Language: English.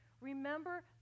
Remember